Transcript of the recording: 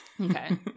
okay